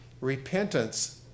Repentance